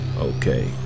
Okay